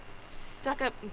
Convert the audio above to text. stuck-up